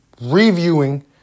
reviewing